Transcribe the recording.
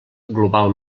global